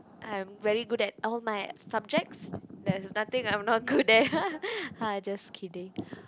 I'm very good at all my subjects there's nothing I'm not good at ah just kidding